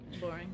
Boring